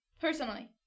personally